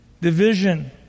Division